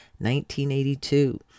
1982